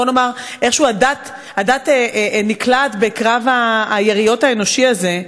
בוא נאמר שאיכשהו הדת נקלעת לקרב היריות האנושי הזה,